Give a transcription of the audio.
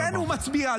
שהוא כן מצביע,